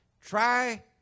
Try